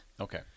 okay